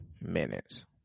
minutes